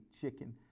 chicken